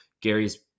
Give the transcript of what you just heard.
Gary's